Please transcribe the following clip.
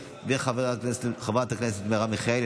של חברת הכנסת מירב בן ארי ושל חברת הכנסת מרב מיכאלי,